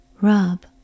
Rub